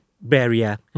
barrier